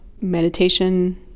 meditation